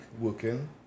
working